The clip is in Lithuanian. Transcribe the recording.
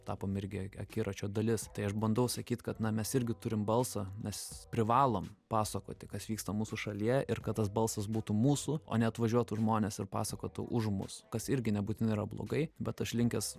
tapom irgi akiračio dalis tai aš bandau sakyt kad na mes irgi turim balsą nes privalom pasakoti kas vyksta mūsų šalyje ir kad tas balsas būtų mūsų o neatvažiuotų žmonės ir pasakotų už mus kas irgi nebūtinai yra blogai bet aš linkęs